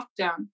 lockdown